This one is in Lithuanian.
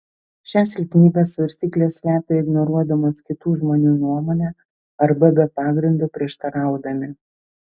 šią silpnybę svarstyklės slepia ignoruodamos kitų žmonių nuomonę arba be pagrindo prieštaraudami